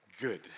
good